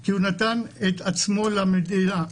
כי הוא נתן את עצמו למדינה.